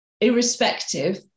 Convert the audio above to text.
irrespective